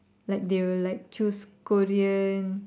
like they will like choose Korean